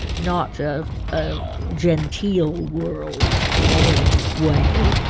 not a ah genteel world in any way.